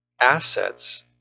assets